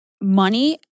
money